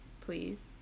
please